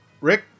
Rick